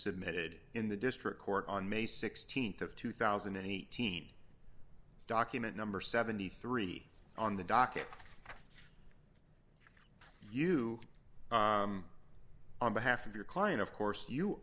submitted in the district court on may th of two thousand and eighteen document number seventy three on the docket you on behalf of your client of course you